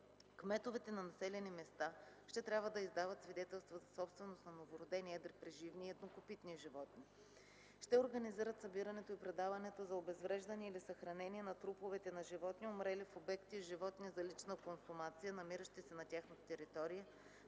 Кметовете на населени места ще трябва да издават свидетелства за собственост на новородени едри преживни и еднокопитни животни. Ще организират събирането и предаването за обезвреждане или съхранение на труповете на животни, умрели в обекти с животни за лична консумация, намиращи се на тяхна територия,